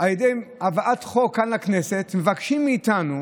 חבר הכנסת משה אבוטבול.